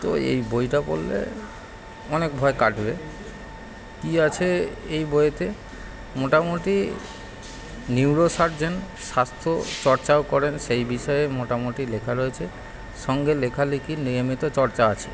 তো এই বইটা পড়লে অনেক ভয় কাটবে কী আছে এই বইয়েতে মোটামুটি নিউরোসার্জেন স্বাস্থ্যচর্চাও করেন সেই বিষয়ে মোটামুটি লেখা রয়েছে সঙ্গে লেখালেখির নিয়মিত চর্চা আছে